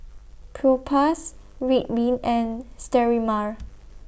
Propass Ridwind and Sterimar